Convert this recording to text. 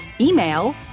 email